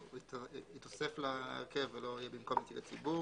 הוא מתווסף להרכב ולא יהיה במקום נציגי ציבור.